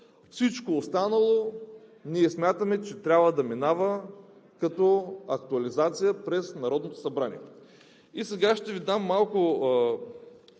Всичко останало ние смятаме, че трябва да минава като актуализация през Народното събрание. Сега ще Ви дам малко